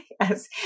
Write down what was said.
Yes